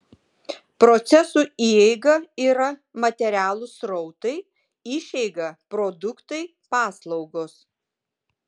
procesų įeiga yra materialūs srautai išeiga produktai paslaugos